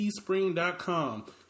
teespring.com